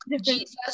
Jesus